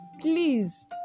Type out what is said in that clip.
please